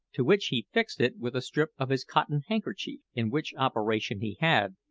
to which he fixed it with a strip of his cotton handkerchief in which operation he had,